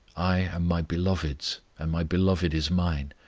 i am my beloved's, and my beloved is mine,